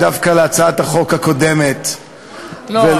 דווקא להצעת החוק הקודמת ולומר,